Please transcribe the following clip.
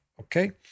Okay